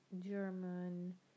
German